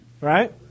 Right